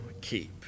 keep